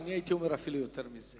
אני הייתי אומר אפילו יותר מזה: